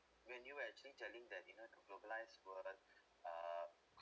when you're actually telling that you know the globalized world uh